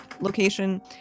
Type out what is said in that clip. location